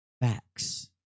facts